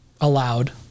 allowed